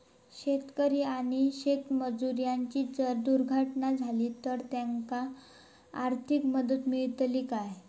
शेतकरी आणि शेतमजूर यांची जर दुर्घटना झाली तर त्यांका आर्थिक मदत मिळतली काय?